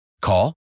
Call